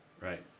right